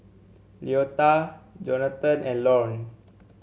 Leota Jonatan and Lorne